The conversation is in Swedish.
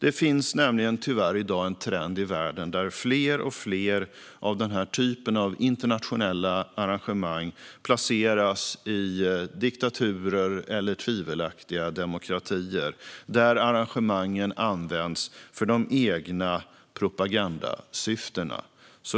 Det finns nämligen tyvärr i dag en trend i världen där fler och fler av denna typ av internationella arrangemang placeras i diktaturer eller tvivelaktiga demokratier, där arrangemangen används för de egna propagandasyftena.